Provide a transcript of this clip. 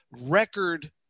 record